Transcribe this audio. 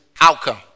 outcome